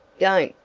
don't!